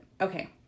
Okay